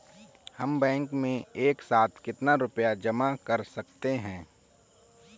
हम बैंक में एक साथ कितना रुपया जमा कर सकते हैं?